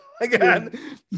again